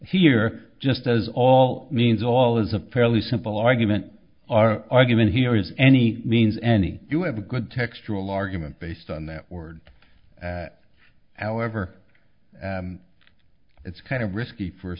here just as all means all is a fairly simple argument our argument here is any means any you have a good textual argument based on that word at however it's kind of risky for a